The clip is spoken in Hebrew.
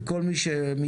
לכל מי שמתבלבל.